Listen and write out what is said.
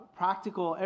practical